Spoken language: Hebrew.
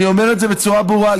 אני אומר את זה בצורה ברורה,